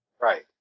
Right